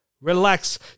relax